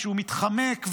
כשהוא מתחמק,